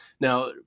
Now